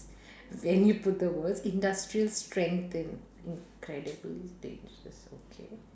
when you put the words industrial strength in~ incredibly dangerous okay